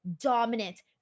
dominant